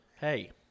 Hey